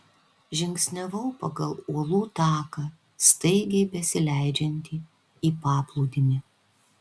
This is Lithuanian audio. žingsniavau pagal uolų taką staigiai besileidžiantį į paplūdimį